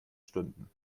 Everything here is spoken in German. stunden